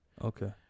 Okay